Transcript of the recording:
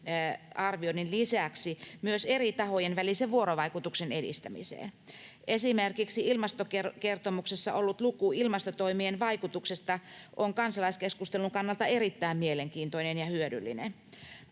arvioinnin lisäksi myös eri tahojen välisen vuorovaikutuksen edistämiseen. Esimerkiksi ilmastokertomuksessa ollut luku ilmastotoimien vaikutuksesta on kansalaiskeskustelun kannalta erittäin mielenkiintoinen ja hyödyllinen.